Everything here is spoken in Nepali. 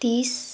तिस